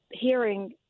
hearing